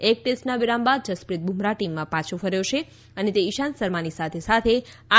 એક ટેસ્ટના વિરામ બાદ જસપ્રિત બુમરાહ ટીમમાં પાછો ફર્યો છે અને તે ઇશાંત શર્માની સાથે સાથે આર